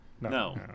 No